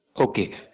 Okay